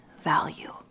value